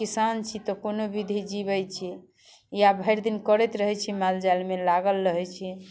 किसान छी तऽ कोनो विधि जिबै छी इएह भरिदिन करैत रहै छी माल जालमे लागल रहै छी